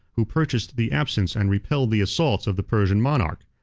who purchased the absence and repelled the assaults of the persian monarch.